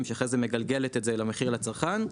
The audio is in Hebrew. שאחרי זה מגלגלת את זה למחיר לצרכן,